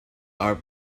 our